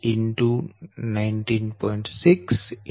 dca14 20 19